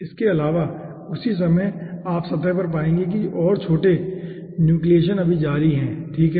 इसके अलावा उसी समय आप सतह पर पाएंगे कि और छोटे न्यूक्लियेशन अभी भी जारी हैं ठीक है